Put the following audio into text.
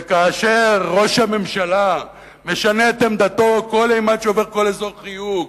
וכאשר ראש הממשלה משנה את עמדתו כל אימת שהוא עובר אזור חיוג,